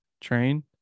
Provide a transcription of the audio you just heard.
train